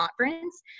conference